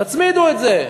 תצמידו את זה.